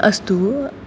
अस्तु